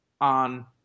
on